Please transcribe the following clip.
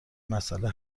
مسئله